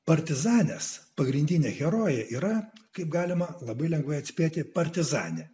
partizanės pagrindinė herojė yra kaip galima labai lengvai atspėti partizanė